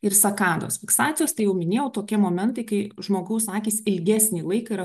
ir sakados fiksacijos tai jau minėjau tokie momentai kai žmogaus akys ilgesnį laiką yra